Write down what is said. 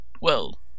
Well